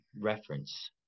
reference